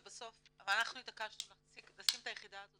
אבל אנחנו התעקשנו לשים את היחידה הזאת